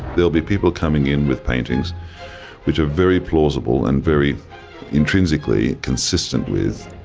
there'll be people coming in with paintings which are very plausible and very intrinsically consistent with